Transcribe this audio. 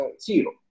zero